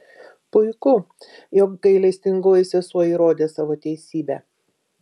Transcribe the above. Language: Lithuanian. puiku jog gailestingoji sesuo įrodė savo teisybę